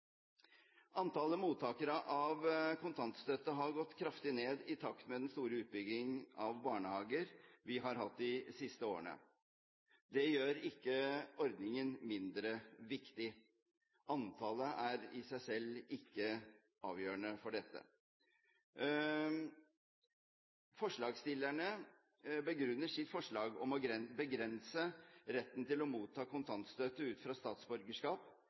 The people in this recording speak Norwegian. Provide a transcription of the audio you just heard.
Antallet mottakere av kontantstøtte har gått kraftig ned i takt med den store utbyggingen av barnehager vi har hatt de siste årene. Det gjør ikke ordningen mindre viktig. Antallet er i seg selv ikke avgjørende for dette. Forslagsstillerne begrunner sitt forslag om å begrense retten til å motta kontantstøtte ut fra statsborgerskap